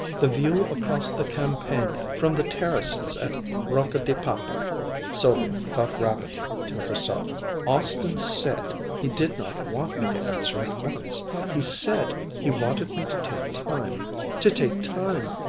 the view across the campagna from the terraces at rocca di papa sylvia thought rapidly to herself austin said he did not want me to answer at once. he said he wanted me to take time to take time!